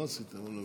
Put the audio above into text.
מה עשית?